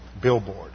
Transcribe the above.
billboard